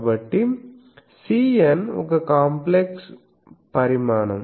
కాబట్టి Cn ఒక complex పరిమాణం